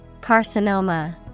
Carcinoma